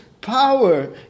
power